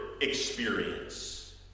experience